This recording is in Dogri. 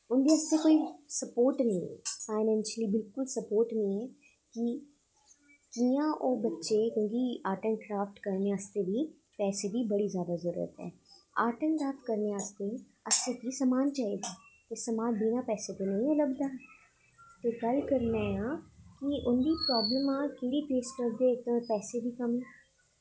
उं'दे आस्तै कोई स्पोर्ट निं ऐ फाइनेंशियली कोई स्पोर्ट निं ऐ कि जि'यां ओह् बच्चे क्योंकि आर्ट एंड क्राफ्ट करने आस्तै बी पैसे दी बड़ी जरूरत ऐ आर्ट एंड क्राफ्ट करने आस्तै असें गी समान चाहिदा ऐ ते समान बिना पैसे कन्नै नेईं लभदा ते गल्ल करने आं कि प्रॉब्लमां केह्ड़ी फेस करदे इक ते पैसे दी कमी